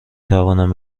توانم